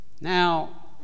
Now